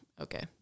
okay